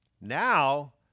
Now